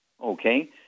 Okay